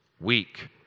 Weak